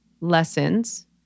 lessons